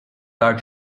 dar